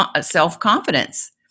self-confidence